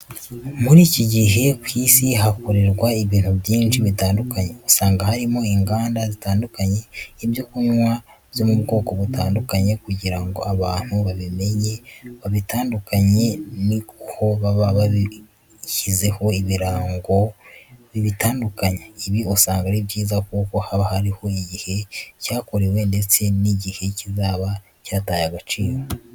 Mu iki gihe usanga ku Isi hakorerwa ibintu byinshi bitandukanye, usanga harimo inganda zitunganya ibyo kunywa byo mu bwoko butandukanye kugira ngo abantu babimenye kubitandukanya ni uko baba bashyizeho ibirango bibitandukanya, ibi usanga ari byiza kuko haba hariho igihe cyakorewe ndetse n'igihe kizaba cyataye agaciro.